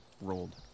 rolled